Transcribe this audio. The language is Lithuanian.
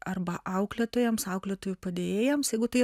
arba auklėtojoms auklėtojų padėjėjoms jeigu tai